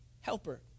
helper